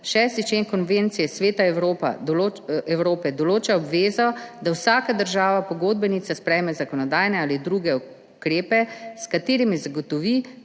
6. člen Konvencije Sveta Evrope določa obvezo, da vsaka država pogodbenica sprejme zakonodajne ali druge ukrepe, s katerimi zagotovi,